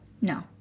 No